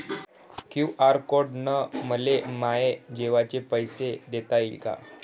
QR code न मले माये जेवाचे पैसे देता येईन का?